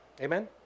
Amen